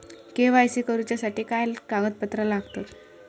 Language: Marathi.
के.वाय.सी करूच्यासाठी काय कागदपत्रा लागतत?